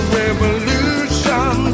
revolution